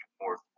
more